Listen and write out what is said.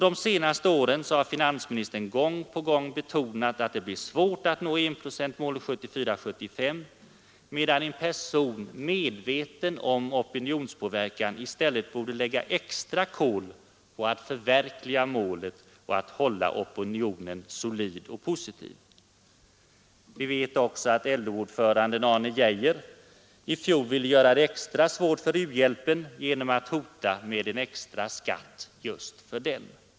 De senaste åren har finansministern gång på gång betonat att det blir svårt att nå enprocentsmålet 1974/75, medan en person medveten om opinionspåverkan i stället borde lägga på extra kol för att förverkliga målet och hålla opinionen solid och positiv. Vi vet också att LO-ordföranden Arne Geijer i fjol ville göra det extra svårt för u-hjälpen genom att hota med en extra skatt just för den.